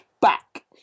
back